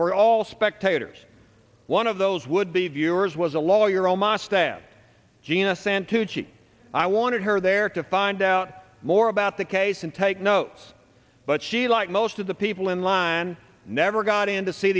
for all spectators one of those would be viewers was a lawyer omagh staff gina sent to g i wanted her there to find out more about the case and take notes but she like most of the people in line never i got in to see